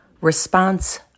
Response